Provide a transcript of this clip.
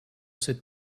cette